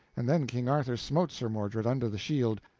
and then king arthur smote sir mordred under the shield,